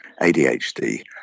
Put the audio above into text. ADHD